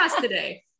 today